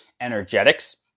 energetics